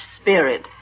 spirit